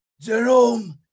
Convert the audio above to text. Jerome